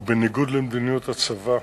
הוא בניגוד למדיניות הצבא,